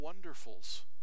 wonderfuls